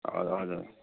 हजुर